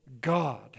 God